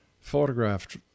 photographed